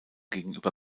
gegenüber